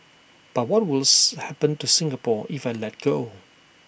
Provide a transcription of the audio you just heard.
but what will happen to Singapore if I let go